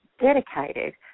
dedicated